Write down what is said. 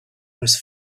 was